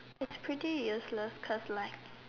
it's pretty useless cause like